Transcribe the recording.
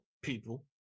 people